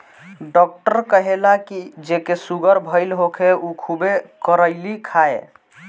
doctor कहेला की जेके सुगर भईल होखे उ खुबे करइली खाए